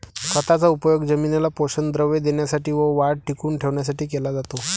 खताचा उपयोग जमिनीला पोषक द्रव्ये देण्यासाठी व वाढ टिकवून ठेवण्यासाठी केला जातो